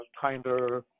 kinder